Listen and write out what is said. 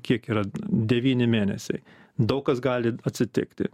kiek yra devyni mėnesiai daug kas gali atsitikti